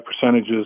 percentages